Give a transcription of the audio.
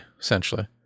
essentially